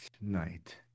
night